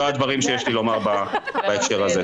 אלה הדברים שיש לי לומר בהקשר הזה.